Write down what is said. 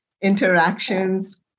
interactions